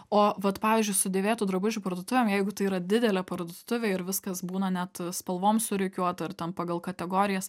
o vat pavyzdžiui su dėvėtų drabužių parduotuvėm jeigu tai yra didelė parduotuvė ir viskas būna net spalvom surikiuota ir ten pagal kategorijas